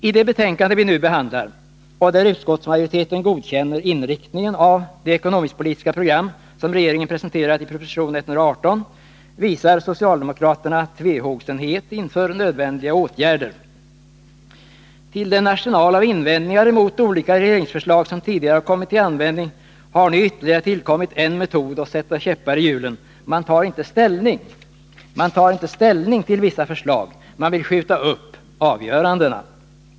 I det betänkande som vi nu behandlar, där utskottsmajoriteten godkänner inriktningen av det ekonomisk-politiska program som regeringen har presenterat i proposition 118, visar socialdemokraterna tvehågsenhet inför nödvändiga åtgärder. Till den arsenal av invändningar mot olika regeringsförslag som tidigare kommit till användning har nu fogats ytterligare en metod att sätta käppar i hjulen — man tar inte ställning till vissa förslag, man vill skjuta upp avgörandena.